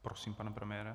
Prosím, pane premiére.